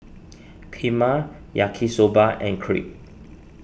Kheema Yaki Soba and Crepe